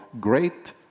great